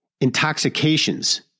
Intoxications